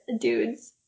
dudes